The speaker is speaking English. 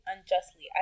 unjustly